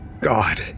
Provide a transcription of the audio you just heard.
God